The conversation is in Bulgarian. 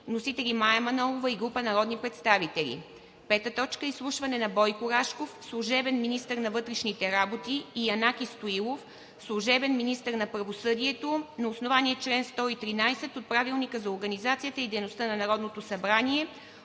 Вносители – Мая Манолова и група народни представители. 5. Изслушване на Бойко Рашков, служебен министър на вътрешните работи, и Янаки Стоилов, служебен министър на правосъдието на основание чл. 113 от Правилника за организацията и дейността на Народното събрание,